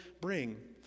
bring